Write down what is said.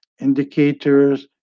indicators